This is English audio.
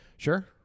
Sure